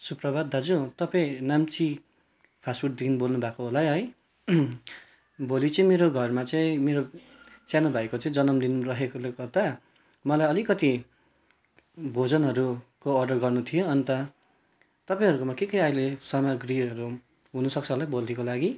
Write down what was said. सुप्रभात दाजु तपाईँ नाम्ची फास्ट फुडदेखि बोल्नु भएको होला है भोलि चाहिँ मेरो घरमा चाहिँ मेरो सानो भाइको चाहिँ जन्मदिन रहेकोले गर्दा मलाई अलिकति भोजनहरूको अर्डर गर्नु थियो अन्त तपाईँहरूकोमा के के अहिले सामाग्रीहरू हुनुसक्छ होला भोलिको लागि